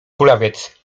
kulawiec